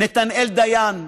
נתנאל דיין,